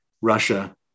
Russia